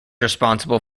responsible